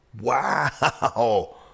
Wow